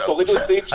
תורידו את סעיף (3).